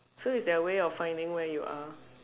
so it's their way of finding where you are